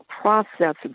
process